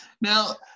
Now